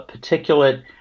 particulate